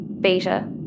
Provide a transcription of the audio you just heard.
Beta